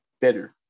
better